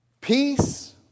peace